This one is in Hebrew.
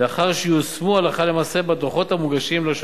לאחר שיושמו הלכה למעשה בדוחות המוגשים לרשות